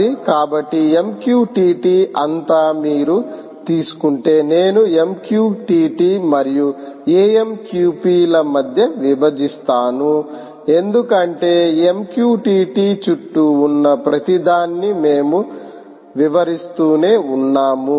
కాబట్టి MQTT అంతా మీరు తీసుకుంటే నేను MQTT మరియు AMQP ల మధ్య విభజిస్తాను ఎందుకంటే MQTT చుట్టూ ఉన్న ప్రతిదాన్ని మేము వివరిస్తూనే ఉన్నాము